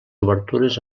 obertures